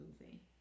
movie